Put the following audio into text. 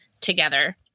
together